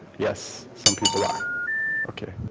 yes some people are okay